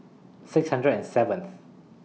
six hundred and seventh